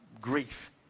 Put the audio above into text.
grief